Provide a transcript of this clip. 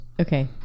Okay